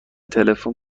تلفن